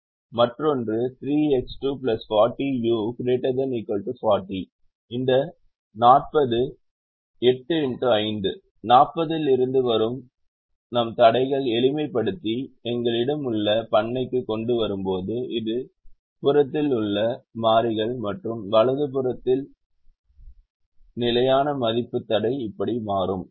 மற்றொன்று 3X2 40u ≥ 40 இந்த 40 8x5 40 இல் இருந்து வரும் நாம் தடைகளை எளிமைப்படுத்தி எங்களிடம் உள்ள பண்ணைக்கு கொண்டு வரும்போது இடது புறத்தில் உள்ள மாறிகள் மற்றும் வலது புறத்தில் நிலையான மதிப்பு தடை இப்படி மாறும்